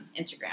Instagram